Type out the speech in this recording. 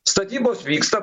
statybos vyksta